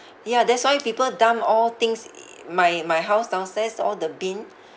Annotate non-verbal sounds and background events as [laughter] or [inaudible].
ya that's why people dump all things [noise] my my house downstairs all the bin